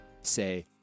say